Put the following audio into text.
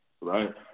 Right